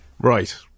Right